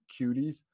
Cuties